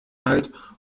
halt